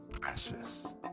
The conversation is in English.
precious